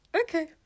okay